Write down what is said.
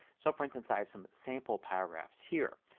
so for instance i have some sample paragraphs here.